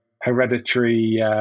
hereditary